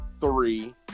three